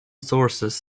sources